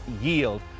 yield